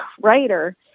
writer